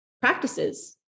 practices